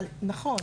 אבל, נכון.